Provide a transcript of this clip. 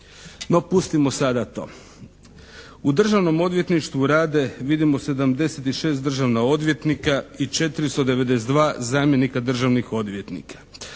No, pustimo sada to. U Državnom odvjetništvu rade vidimo 76 državnih odvjetnika i 492 zamjenika državnih odvjetnika.